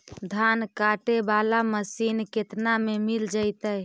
धान काटे वाला मशीन केतना में मिल जैतै?